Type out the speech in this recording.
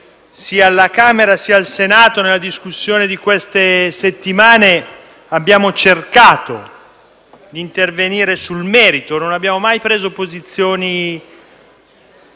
sia alla Camera sia al Senato nella discussione di queste settimane abbiamo cercato di intervenire sul merito; non abbiamo mai preso posizioni